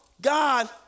God